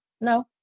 No